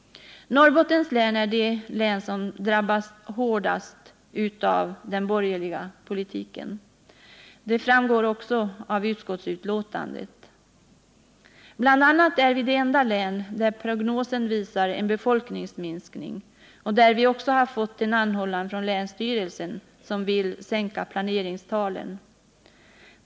Norrbottens län är det län som drabbats hårdast av den borgerliga politiken. Det framgår också av utskottsbetänkandet. BI. a. är Norrbotten det enda län där prognosen visar på en befolkningsminskning, och vi har också fått en anhållan från länsstyrelsen, som vill sänka planeringstalen.